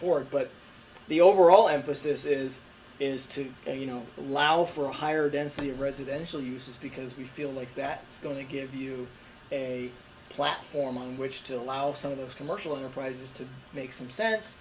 forward but the overall emphasis is is to you know allow for higher density residential uses because we feel like that it's going to give you a platform on which to allow some of those commercial enterprises to make some sense